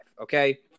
okay